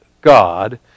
God